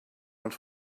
els